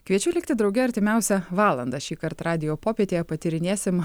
kviečiu likti drauge artimiausią valandą šįkart radijo popietėje patyrinėsim